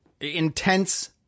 intense